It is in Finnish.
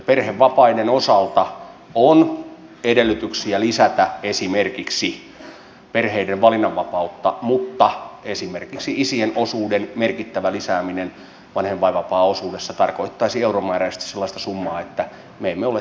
perhevapaiden osalta on edellytyksiä lisätä esimerkiksi perheiden valinnanvapautta mutta esimerkiksi isien osuuden merkittävä lisääminen vanhempainvapaaosuudessa tarkoittaisi euromääräisesti sellaista summaa että me emme ole siksi sitä tähän ohjelmaan kirjoittaneet